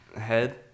head